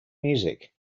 music